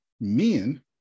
men